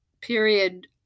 period